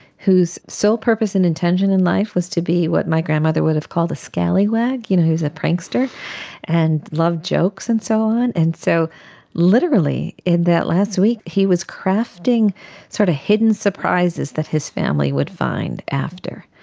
whose sole purpose and intention in life was to be what my grandmother would have called a scallywag, you know, prankster and loved jokes and so on. and so literally in that last week he was crafting sort of hidden surprises that his family would find after.